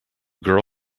girl